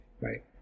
right